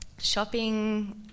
Shopping